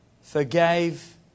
forgave